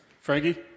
Frankie